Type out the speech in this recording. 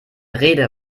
rede